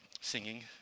Singing